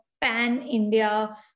pan-India